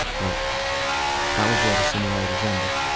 but that was where the similarities ended.